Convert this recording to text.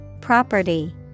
Property